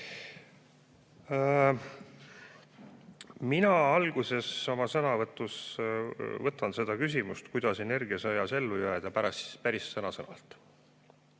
Mina vaatan oma sõnavõtus seda küsimust, kuidas energiasõjas ellu jääda, päris sõna-sõnalt.